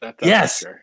Yes